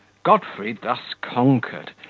godfrey thus conquered,